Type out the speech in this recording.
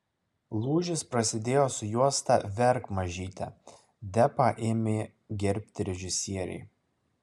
lūžis prasidėjo su juosta verk mažyte depą ėmė gerbti režisieriai